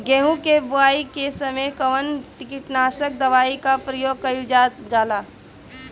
गेहूं के बोआई के समय कवन किटनाशक दवाई का प्रयोग कइल जा ला?